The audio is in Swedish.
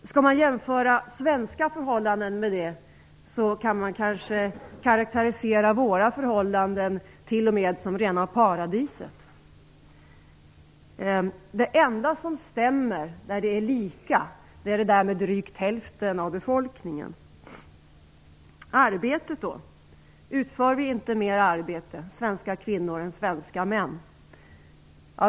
Skall man jämföra svenska förhållanden med det kan man kanske karakterisera våra förhållanden t.o.m. som rent paradisiska. Det enda som stämmer med den globala bilden är detta med drygt hälften av befolkningen. Arbetet då? Utför vi svenska kvinnor inte mer arbeten än svenska män?